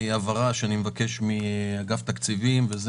הבהרה שאני מבקש מאגף התקציבים וזה